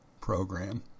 program